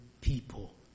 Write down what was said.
people